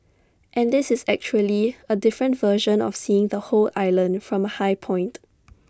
and this is actually A different version of seeing the whole island from A high point